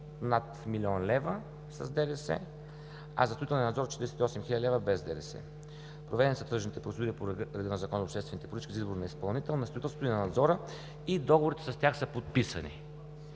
над 1 млн. лв. с ДДС, а за строителния надзор – 48 хил. лв., без ДДС. Проведени са тръжните процедури по реда на Закона за обществените поръчки за избор на изпълнител, на строителство и на надзора и договорите с тях са подписани.